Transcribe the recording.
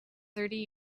thirty